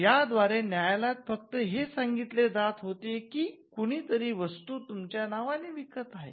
या द्व्यारे नायालयात फक्त हे सांगितले जात होते की कुणी तरी वस्तू तुमच्या नावाने विकत आहे